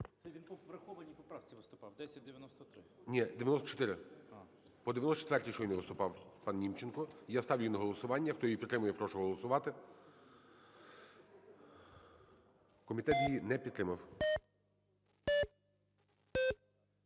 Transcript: він по врахованій поправці виступав 1093. ГОЛОВУЮЧИЙ. Ні, 94. По 94-й щойно виступав пан Німченко. І я ставлю її на голосування. Хто її підтримує, прошу голосувати. Комітет її не підтримав.